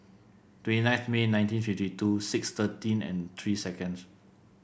twenty nine May nineteen fifty two six thirteen and three seconds